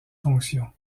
fonction